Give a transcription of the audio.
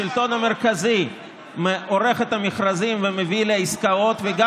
השלטון המרכזי עורך את המכרזים ומביא לעסקאות.